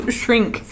shrink